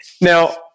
Now